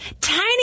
tiny